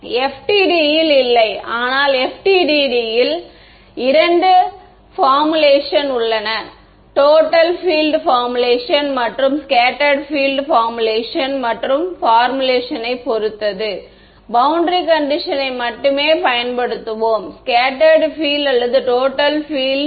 மாணவர் அதுதான் FDTD இல் இல்லை அனால் FDTD இல் இரண்டு சூத்திரங்கள் உள்ளன டோட்டல் ஃபில்ட் பார்முலேசன் மற்றும் ஸ்கேட்டேர்ட் பில்ட் பார்முலேசன் மற்றும் பார்முலேசனை பொறுத்து பௌண்டரி கண்டிஷன் னை மட்டுமே பயன்படுத்துவோம் ஸ்கேட்டேர்ட் பில்ட் அல்லது டோட்டல் ஃபில்ட்